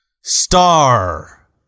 Star